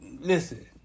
listen